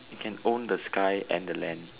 you can own the sky and the land